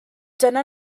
dyna